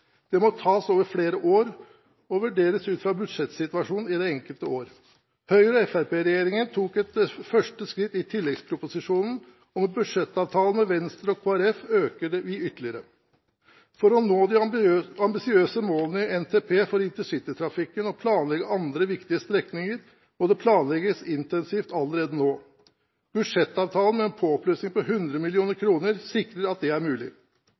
Det må tas over flere år og vurderes ut fra budsjettsituasjonen i det enkelte år. Høyre–Fremskrittsparti-regjeringen tok et første skritt i tilleggsproposisjonen, og med budsjettavtalen med Venstre og Kristelig Folkeparti øker vi ytterligere. For å nå de ambisiøse målene i NTP for intercitytrafikken og planlegge andre viktige strekninger må det planlegges intensivt allerede nå. Budsjettavtalen med en påplussing på 100 mill. kr sikrer at det er mulig.